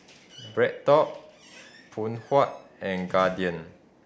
BreadTalk Phoon Huat and Guardian